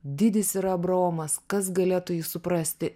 dydis ir abraomas kas galėtų jį suprasti